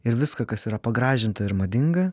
ir viską kas yra pagražinta ir madinga